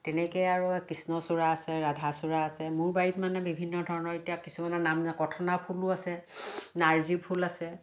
তেনেকৈ আৰু কৃষ্ণচূড়া আছে ৰাধাচূড়া আছে মোৰ বাৰীত মানে বিভিন্ন ধৰণৰ এতিয়া কিছুমানৰ নাম নাই কঠনা ফুলো আছে নাৰ্জিফুল আছে